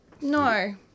No